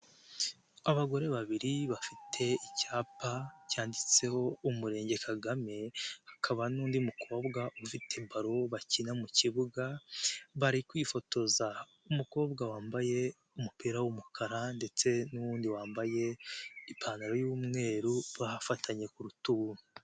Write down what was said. Abagore babiri bafite icyapa cyanditseho Umurenge Kagame hakaba n'undi mukobwa ufite baro bakina mu kibuga bari kwifotoza, umukobwa wambaye umupira w'umukara ndetse n'uwundi wambaye ipantaro y'umweru bafatanye ku rutugu.